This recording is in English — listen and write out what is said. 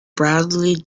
bradley